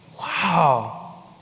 Wow